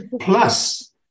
Plus